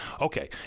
Okay